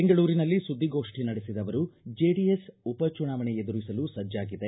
ಬೆಂಗಳೂರಿನಲ್ಲಿ ಸುದ್ದಿಗೋಷ್ಠಿ ನಡೆಸಿದ ಅವರು ಜೆಡಿಎಸ್ ಉಪಚುನಾವಣೆ ಎದುರಿಸಲು ಸಜ್ಜಾಗಿದೆ